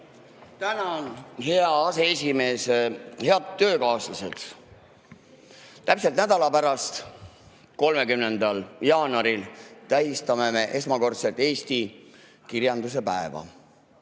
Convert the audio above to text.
Tänan, hea aseesimees! Head töökaaslased! Täpselt nädala pärast, 30. jaanuaril tähistame me esmakordselt eesti kirjanduse päeva.